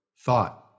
thought